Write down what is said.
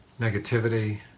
negativity